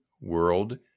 world